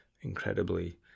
incredibly